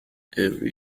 every